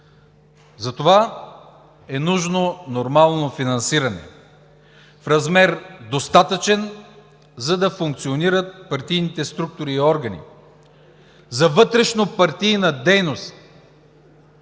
Затова е нужно нормално финансиране в размер, достатъчен, за да функционират партийните структури и органи. За вътрешнопартийна дейност